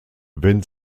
wenn